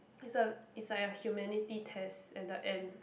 it's a it's like a humanity test at the end